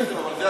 זה לא פאשיזם,